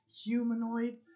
humanoid